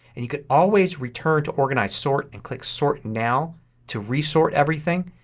and you could always return to organize, sort and click sort now to resort everything.